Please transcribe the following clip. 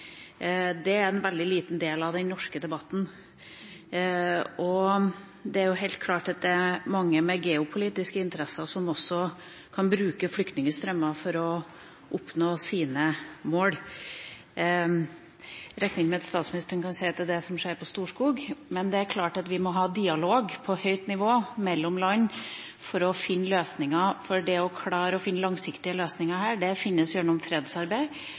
Det er en veldig liten del av den norske debatten, og det er jo helt klart at det er mange med geopolitiske interesser som kan bruke flyktningstrømmen for å oppnå sine mål. Jeg regner med at statsministeren kan se at det er det som skjer på Storskog, men det er klart at vi her må ha dialog på høyt nivå mellom land for å finne løsninger